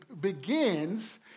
begins